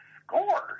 scores